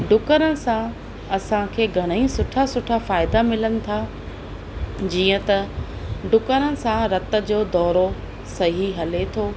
डुकण सां असांखे घणेई सुठा सुठा फ़ाइदा मिलनि था जीअं त डुकण सां रत जो दौरो सही हले थो